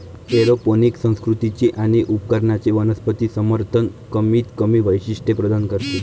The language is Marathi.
एरोपोनिक संस्कृती आणि उपकरणांचे वनस्पती समर्थन कमीतकमी वैशिष्ट्ये प्रदान करते